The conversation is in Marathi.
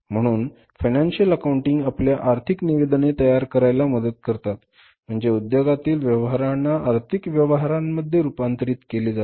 म्हणून फायनान्शिअल अकाउंटिंग आपल्याला आर्थिक निवेदने तयार करायला मदत करतात म्हणजे उधोगातील व्यवहरांना आर्थिक व्यवहारांमध्ये रुपांतरीत केले जाते